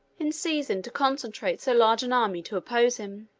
in season to concentrate so large an army to oppose him.